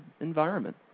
environment